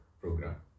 program